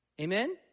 Amen